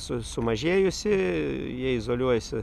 su sumažėjusi jie izoliuojasi